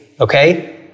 okay